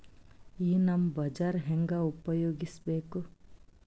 ಈ ನಮ್ ಬಜಾರ ಹೆಂಗ ಉಪಯೋಗಿಸಬೇಕು?